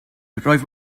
rwyf